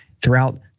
throughout